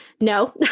no